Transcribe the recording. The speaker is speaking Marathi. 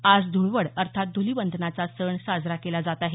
आज ध्वळवड अर्थात धुलीवंदनाचा सण साजरा केला जात आहे